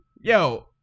Yo